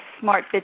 Smart